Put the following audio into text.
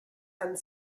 and